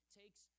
takes